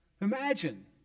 Imagine